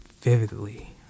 vividly